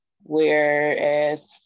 whereas